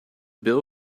bill